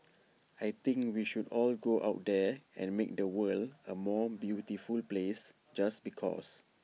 I think we should all go out there and make the world A more beautiful place just because